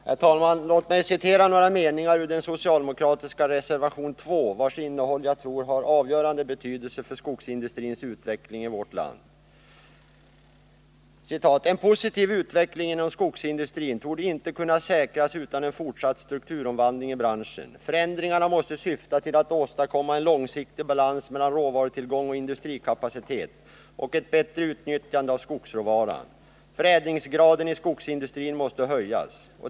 Herr talman! Låt mig citera några meningar ur den socialdemokratiska reservationen 2, i betänkandet nr 47, vars innehåll jag tror har avgörande betydelse för skogsindustrins utveckling i vårt land: ”En positiv utveckling inom skogsindustrin torde inte kunna säkras utan en fortsatt strukturomvandling av branschen. Förändringarna måste syfta till att åstadkomma en långsiktig balans mellan råvarutillgång och industrikapacitet och ett bättre utnyttjande av skogsråvaran. Förädlingsgraden i skogsindustrin måste höjas.